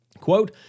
Quote